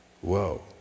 Whoa